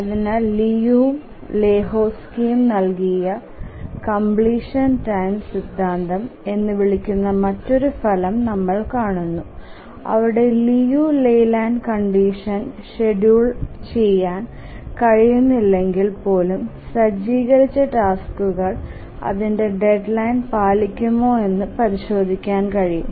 അതിനാൽ ലിയുവും ലെഹോസ്കിയും നൽകിയ കംപ്ലീഷൻ ടൈം സിദ്ധാന്തം എന്ന് വിളിക്കുന്ന മറ്റൊരു ഫലം നമ്മൾ കാണുന്നു അവിടെ ലിയു ലെയ്ലാൻഡ് കൺഡിഷ്ൻ ഷെഡ്യൂൾ ചെയ്യാൻ കഴിയുന്നില്ലെങ്കിൽ പോലും സജ്ജീകരിച്ച ടാസ്ക്കുകൾ അതിന്റെ ഡെഡ്ലൈൻ പാലിക്കുമോയെന്ന് പരിശോധിക്കാൻ കഴിയും